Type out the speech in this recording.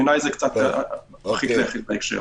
בעיניי זה קצת מרחיק לכת.